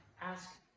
ask